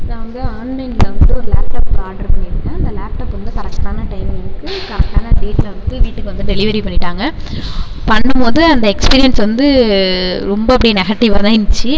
நான் வந்து ஆன்லைன்ல வந்து ஒரு லேப்டப் ஆட்ரு பண்ணியிருந்தேன் அந்த லேப்டப் வந்து கரெக்டான டைமிங்க்கு கரெக்டான டேட்ல வந்து வீட்டுக்கு வந்து டெலிவரி பண்ணிட்டாங்கள் பண்ணும்போது அந்த எக்ஸ்பீரியன்ஸ் வந்து ரொம்ப அப்படியே நெகட்டிவாக தான் இருந்துச்சு